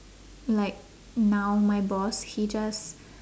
like now my boss he just